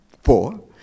Four